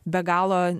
be galo